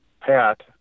Pat